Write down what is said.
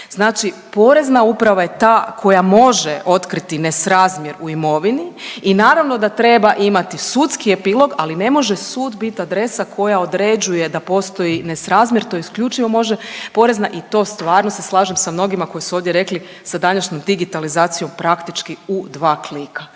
Znači Porezna uprava je ta koja može otkriti nesrazmjer u imovini i naravno da treba imati sudski epilog, ali ne može sud bit adresa koja određuje da postoji nesrazmjer. To isključivo može Porezna i to stvarno se slažem sa mnogima koji su ovdje rekli sa današnjom digitalizacijom praktički u dva klika,